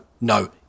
no